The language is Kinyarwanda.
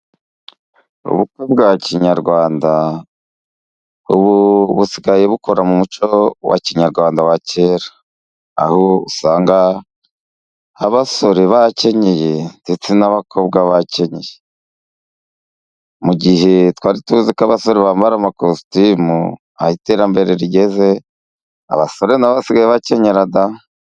Ubukwe bwa kinyarwanda ubu busigaye bukora mu muco wa kinyarwanda wa kera aho usanga abasore bakenyeye ba mu gihe kigeze abasore bamara amakositimu hari iterambere rigeze, abasore basigaye bakenyera da.